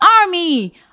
army